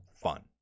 fun